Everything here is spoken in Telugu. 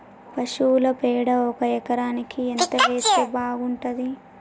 పశువుల పేడ ఒక ఎకరానికి ఎంత వేస్తే బాగుంటది?